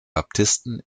baptisten